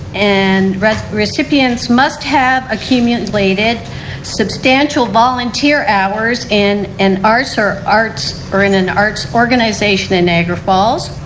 and recipients must have accumulated substantial volunteer hours in and arts or arts or in an arts organization in niagra falls.